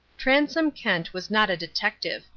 transome kent was not a detective.